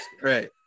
Right